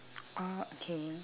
oh okay